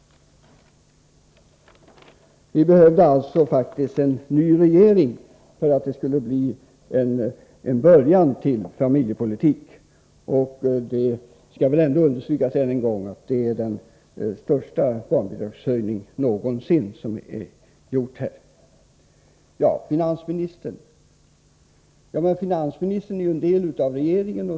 Det behövdes alltså en ny regering för att det skulle bli en början till familjepolitik, och det bör väl understrykas än en gång att den barnbidragshöjning som nu sker är den största någonsin. Finansministern ingår i regeringen.